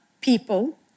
people